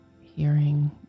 hearing